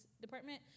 department